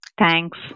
Thanks